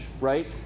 right